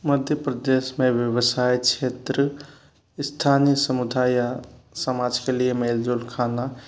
मध्य प्रदेश में व्यवसाय क्षेत्र स्थानीय समुदाय या समाज के लिए मेल जोल खाना